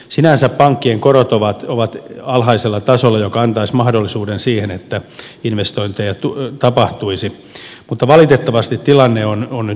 sinänsä pankkien korot ovat alhaisella tasolla joka antaisi mahdollisuuden siihen että investointeja tapahtuisi mutta valitettavasti tilanne on nyt huono